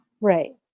Right